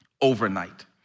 overnight